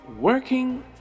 working